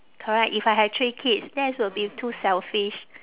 correct if I have three kids that would be too selfish